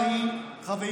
ועכשיו,